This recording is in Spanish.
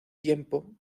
tiempo